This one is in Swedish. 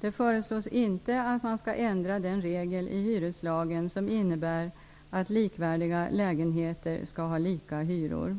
Det föreslås inte att man skall ändra den regel i hyreslagen som innebär att likvärdiga lägenheter skall ha lika hyror.